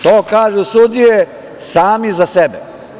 To kažu sudije, sami za sebe.